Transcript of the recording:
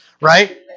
right